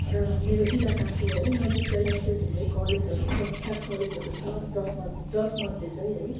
र मेरो इलाकाको है नजिकैमा चाहिँ धेरै कलेजहरू प्रख्यात कलेजहरू छ जसमा जसमध्ये चाहिँ है